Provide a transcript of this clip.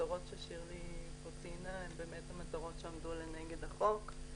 והמטרות ששירלי ציינה הן המטרות שעמדו לנגד החוק.